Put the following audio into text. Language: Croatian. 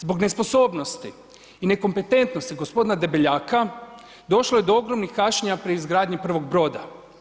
Zbog nesposobnosti i nekompetentnosti gospodina Debeljaka došlo je do ogromnih kašnjenja pri izgradnji prvog brod.